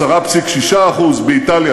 10.6%; באיטליה,